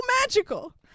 magical